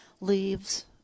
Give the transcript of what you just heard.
leaves